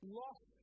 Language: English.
lost